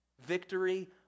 Victory